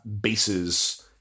bases